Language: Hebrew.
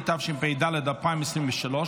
התשפ"ד 2023,